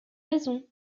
raisons